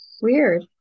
weird